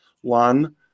one